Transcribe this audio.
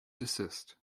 desist